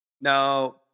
Now